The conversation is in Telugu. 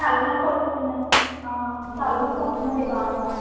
తలనొప్పి వస్తుంది తలనొప్పి వస్తుందండీ బాగా